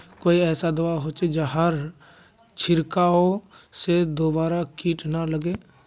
कोई ऐसा दवा होचे जहार छीरकाओ से दोबारा किट ना लगे?